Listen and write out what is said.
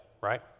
right